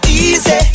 easy